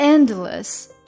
Endless